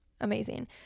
amazing